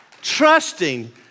trusting